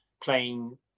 playing